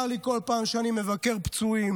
צר לי בכל פעם שאני מבקר פצועים.